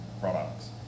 products